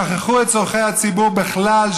שכחו את צורכי הציבור בכלל,